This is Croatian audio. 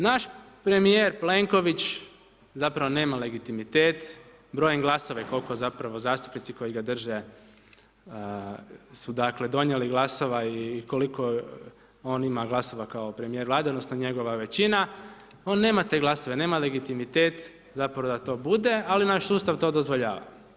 Naš premijer Plenković zapravo nema legitimitet, brojim glasova koliko zapravo zastupnici koji ga drže su dakle donijeli glasova i koliko on ima glasova kao premijer Vlade, odnosno njegova većina, on nema te glasove, nema legitimitet zapravo da to bude ali naš sustav to dozvoljava.